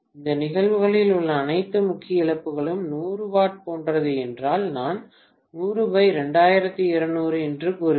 இந்த நிகழ்வுகளில் உள்ள அனைத்து முக்கிய இழப்புகளும் 100 W போன்றது என்றால் நான் 1002200 என்று கூறுவேன்